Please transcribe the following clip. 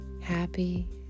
happy